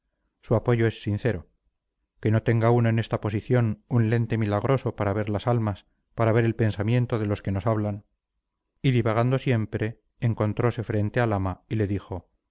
su apoyo es sincero que no tenga uno en esta posición un lente milagroso para ver las almas para ver el pensamiento de los que nos hablan y divagando siempre encontrose frente al ama y le dijo